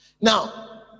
Now